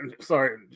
sorry